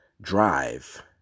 drive